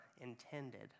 intended